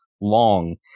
long